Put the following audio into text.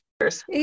yes